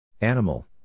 Animal